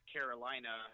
Carolina